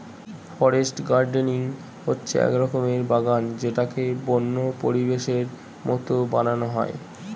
forest gardening হচ্ছে এক রকমের বাগান যেটাকে বন্য পরিবেশের মতো বানানো হয়